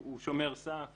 הוא שומר סף